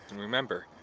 remember,